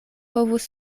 povus